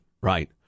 right